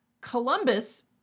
Columbus